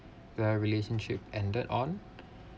the relationship ended on